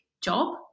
job